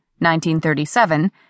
1937